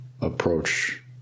approach